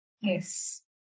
Yes